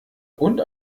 und